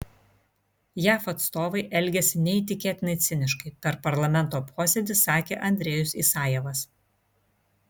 jav atstovai elgiasi neįtikėtinai ciniškai per parlamento posėdį sakė andrejus isajevas